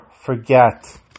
forget